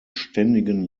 ständigen